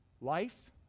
Life